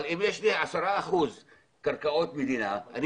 אבל אם יש לי 10% קרקעות מדינה אני